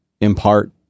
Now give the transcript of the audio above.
impart